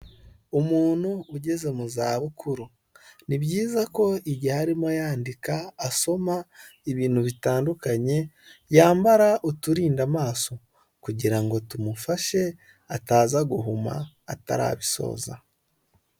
Umuntu ugeze mu zabukuru ni byiza ko igihe arimo yandika asoma ibintu bitandukanye, yambara uturinda amaso kugira ngo tumufashe ataza guhuma atarabisoza.